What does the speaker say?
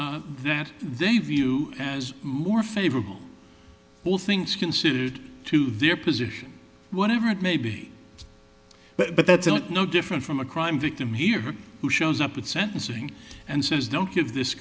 they view as more favorable all things considered to their position whatever it may be but that's no different from a crime victim here who shows up at sentencing and says don't give this